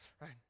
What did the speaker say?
right